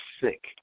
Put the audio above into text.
sick